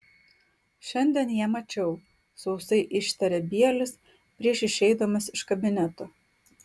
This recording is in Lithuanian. šiandien ją mačiau sausai ištarė bielis prieš išeidamas iš kabineto